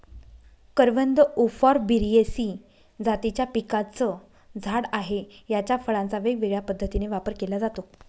करवंद उफॉर्बियेसी जातीच्या पिकाचं झाड आहे, याच्या फळांचा वेगवेगळ्या पद्धतीने वापर केला जातो